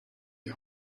die